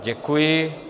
Děkuji.